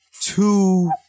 two